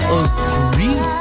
agree